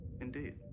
Indeed